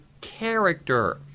character